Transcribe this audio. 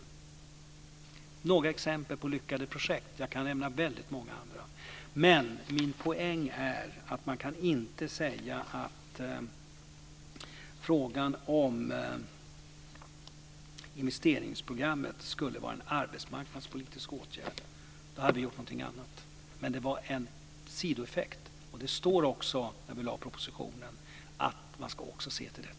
Det var några exempel på lyckade projekt, jag kan nämna väldigt många andra. Men min poäng är att man inte kan säga att investeringsprogrammen skulle vara en arbetsmarknadspolitisk åtgärd. Det var en sidoeffekt, och det står i propositionen att man också ska se till detta.